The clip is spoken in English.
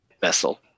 vessel